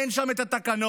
אין שם את התקנות,